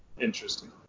Interesting